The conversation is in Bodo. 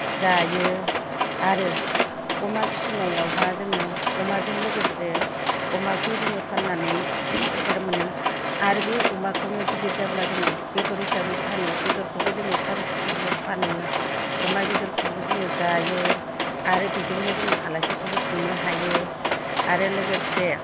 जायो आरो अमा फिसिनायावहा जोङो अमाजों लोगोसे अमाखौ जोङो फाननानै फैसा मोनो आरो बे अमाखौनो गिदिर जाब्ला जोङो बेदर हिसाबै फानो बेदरखौबो जोङो सारिस' केजियाव फानो अमा बेदरखौबो जोङो जायो आरो बेजोंनो जोङो आलासिखौबो खुंनो हायो आरो लोगोसे